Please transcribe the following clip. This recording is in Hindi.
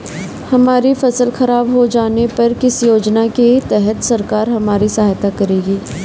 हमारी फसल खराब हो जाने पर किस योजना के तहत सरकार हमारी सहायता करेगी?